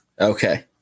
Okay